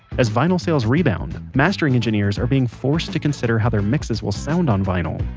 as vinyl sales rebound, mastering engineers are being forced to consider how their mixes will sound on vinyl,